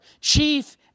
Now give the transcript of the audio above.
chief